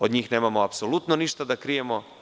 Od njih nemamo apsolutno ništa da krijemo.